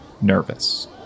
nervous